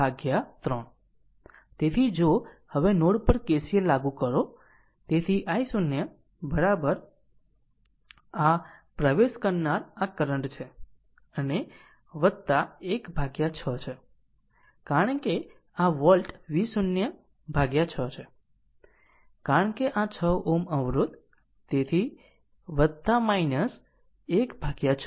તેથી જો હવે નોડ પર KCL લાગુ કરો તેથી i0 આ પ્રવેશ કરનાર આ કરંટ છે અને 1 ભાગ્યા 6 છે કારણ કે આ વોલ્ટ V0 ભાગ્યા 6 છે કારણ કે 6 Ω અવરોધ તેથી 1 ભાગ્યા 6